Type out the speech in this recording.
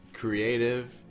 Creative